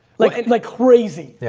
like, like crazy. yeah